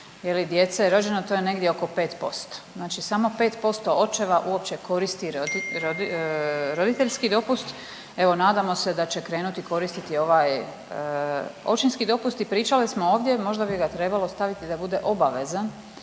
djece rođeno, to je negdje oko 5%. Znači samo 5% očeva uopće koristi roditeljski dopust, evo nadamo se da će krenuti koristiti ovaj očinski dopust i pričali smo ovdje, možda bi ga trebalo staviti da bude obavezan,